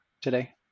today